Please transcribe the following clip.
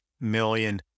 million